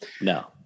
No